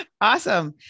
Awesome